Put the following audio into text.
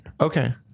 Okay